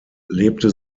lebte